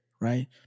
right